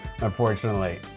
unfortunately